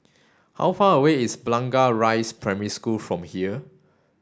how far away is Blangah Rise Primary School from here